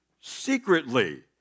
secretly